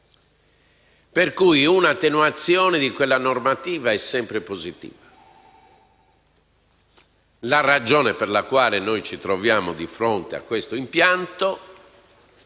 Per cui un'attenuazione di quella normativa è sempre positiva. La ragione per la quale ci troviamo di fronte a questo impianto